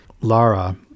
Lara